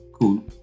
cool